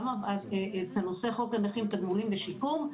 גם את נושא חוק הנכים (תגמולים ושיקום),